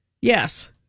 yes